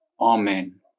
Amen